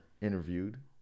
interviewed